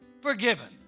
forgiven